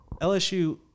LSU